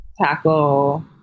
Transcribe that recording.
tackle